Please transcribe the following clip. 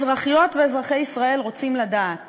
אזרחיות ואזרחי ישראל רוצים לדעת